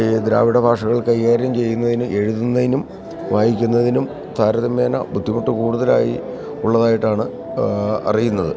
ഈ ദ്രാവിഡ ഭാഷകൾ കൈകാര്യം ചെയ്യുന്നതിന് എഴുതുന്നതിനും വായിക്കുന്നതിനും താരതമ്യേന ബുദ്ധിമുട്ട് കൂടുതലായി ഉള്ളതായിട്ടാണ് അറിയുന്നത്